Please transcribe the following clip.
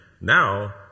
now